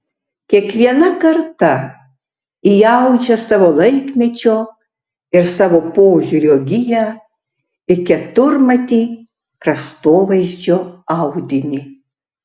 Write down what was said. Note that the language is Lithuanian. kiekviena karta įaudžia savo laikmečio ir savo požiūrio giją į keturmatį kraštovaizdžio audinį